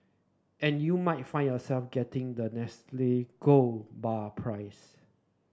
and you might find yourself getting that Nestle gold bar prize